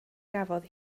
gafodd